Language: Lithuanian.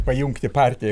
pajungti partiją